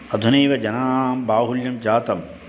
अधुनैव जनानां बाहुल्यं जातं